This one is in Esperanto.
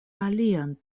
alian